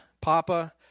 Papa